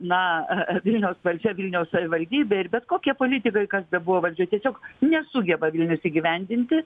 na vilniaus valdžia vilniaus savivaldybė ir bet kokie politikai kas bebuvo valdžioj tiesiog nesugeba vilnius įgyvendinti